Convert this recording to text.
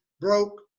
broke